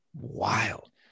Wild